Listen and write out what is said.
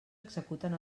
executen